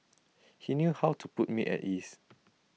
he knew how to put me at ease